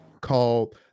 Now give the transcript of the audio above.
called